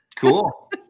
Cool